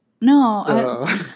No